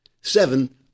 Seven